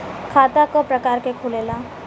खाता क प्रकार के खुलेला?